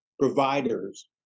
providers